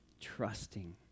trusting